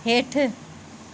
हेठि